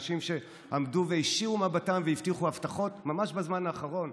אנשים שעמדו והישירו מבטם והבטיחו הבטחות ממש בזמן האחרון,